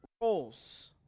roles